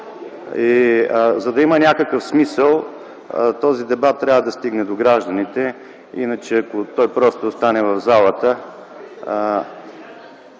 За да има някакъв смисъл, този дебат трябва да стигне до гражданите, иначе ако той просто остане в залата